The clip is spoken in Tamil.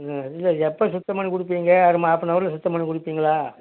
ம் இல்லை எப்போது சுத்தம் பண்ணி கொடுப்பீங்க ஒரு ஹாஃப்னவரில் சுத்தம் பண்ணி கொடுப்பீங்களா